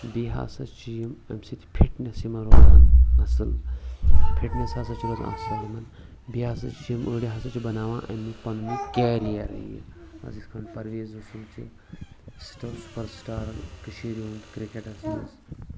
بیٚیہِ ہَسا چھِ یِم اَمہِ سۭتۍ فِٹنؠس یِمَن روزان اَصٕل فِٹنٮ۪س ہَسا چھِ یِمَن اَصٕل یِمَن بیٚیہِ ہَسا چھِ یِم أڑۍ ہَسا چھِ بَناوان اَمیُک پَنُن کیرِیَرٕے یہِ مان ژٕ یِتھ کٔن پَرویز رَسوٗل چھِ سُپَر سٹارَن کٔشیٖرِ ہُنٛد کِرٛکٮ۪ٹَس منٛز